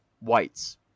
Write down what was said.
whites